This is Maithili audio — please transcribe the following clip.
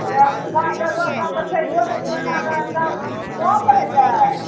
तऽ अब पाँच टा दस टा बैठाइयो लै छै ओना कऽ तब कम ने हेतय